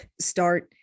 start